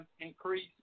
increase